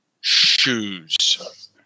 shoes